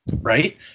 Right